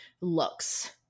looks